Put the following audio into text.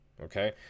Okay